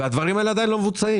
והדברים האלה עדיין לא מבוצעים.